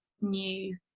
new